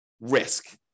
risk